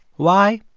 why?